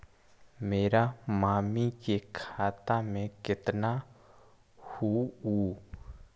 मेरा मामी के खाता में कितना हूउ?